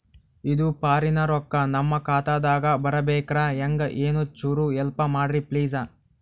ಇದು ಫಾರಿನ ರೊಕ್ಕ ನಮ್ಮ ಖಾತಾ ದಾಗ ಬರಬೆಕ್ರ, ಹೆಂಗ ಏನು ಚುರು ಹೆಲ್ಪ ಮಾಡ್ರಿ ಪ್ಲಿಸ?